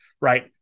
right